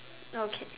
okay